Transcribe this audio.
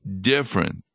different